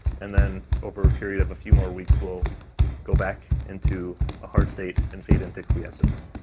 and then over a period of a few more weeks will go back into a hard state and fade into quiescence.